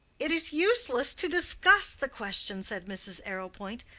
it is useless to discuss the question, said mrs. arrowpoint.